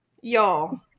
y'all